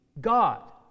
God